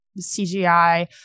CGI